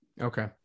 Okay